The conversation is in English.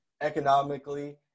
economically